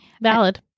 Valid